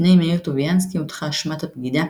בפני מאיר טוביאנסקי הוטחה אשמת הבגידה,